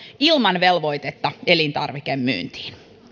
ilman velvoitetta elintarvikemyyntiin